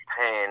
Pain